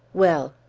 well!